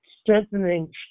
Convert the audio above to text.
strengthening